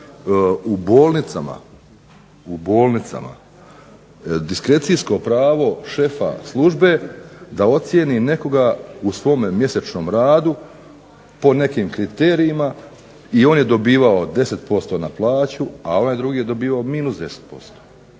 u bolnicama. Diskrecijsko pravo šefa službe da ocijeni nekoga u svome mjesečnom radu po nekim kriterijima i on je dobivao 10% na plaću, a ovaj drugi je dobivao -10%.